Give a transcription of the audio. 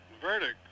verdict